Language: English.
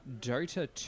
Dota